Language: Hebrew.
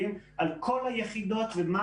על חלק מהסיבות למה